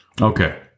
Okay